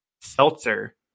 Seltzer